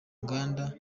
nganda